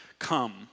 Come